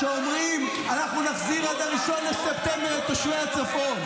שאומרים: אנחנו נחזיר עד 1 בספטמבר את תושבי הצפון?